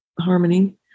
harmony